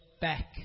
back